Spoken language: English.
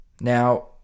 Now